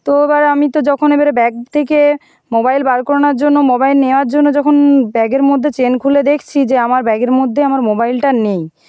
তো এবার আমি তো যখন এবারে ব্যাগ থেকে মোবাইল বার করানোর জন্য মোবাইল নেওয়ার জন্য যখন ব্যাগের মধ্যে চেন খুলে দেখছি যে আমার ব্যাগের মধ্যে আমার মোবাইলটা নেই